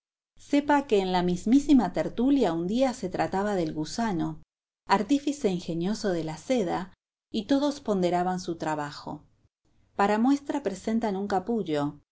sepa que en la mismísima tertulia un día se trataba del gusano artífice ingenioso de la seda y todos ponderaban su trabajo para muestra presentan un capullo